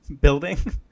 building